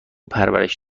پرورش